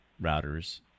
router's